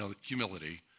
humility